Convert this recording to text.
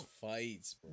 fights